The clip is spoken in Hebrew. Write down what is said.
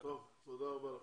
טוב, תודה רבה לכם.